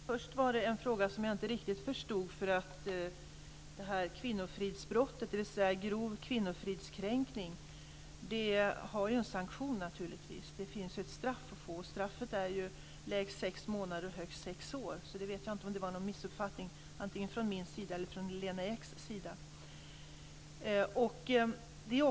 Herr talman! Först var det en fråga jag inte riktigt förstod. Brottet grov kvinnofridskränkning har naturligtvis en sanktion. Det finns ett straff att få, och det straffet är lägst sex månader och högst sex år. Jag vet inte om det var en missuppfattning antingen från min eller från Lena Eks sida.